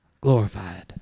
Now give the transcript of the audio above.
glorified